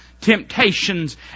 temptations